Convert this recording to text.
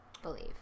believe